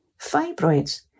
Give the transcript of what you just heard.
fibroids